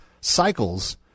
cycles